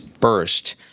first